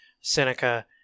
Seneca